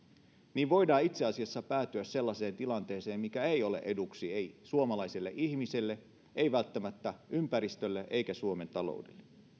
niin voidaan itse asiassa päätyä sellaiseen tilanteeseen mikä ei ole eduksi ei suomalaiselle ihmiselle ei välttämättä ympäristölle eikä suomen taloudelle